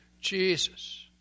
Jesus